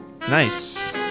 Nice